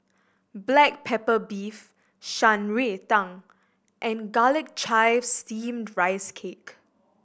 black pepper beef Shan Rui Tang and Garlic Chives Steamed Rice Cake